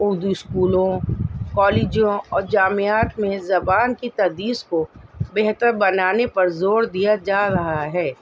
اردو اسکولوں کالجوں اور جامعات میں زبان کی تدریس کو بہتر بنانے پر زور دیا جا رہا ہے